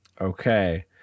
Okay